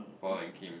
Paul and Kim